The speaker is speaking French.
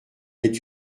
est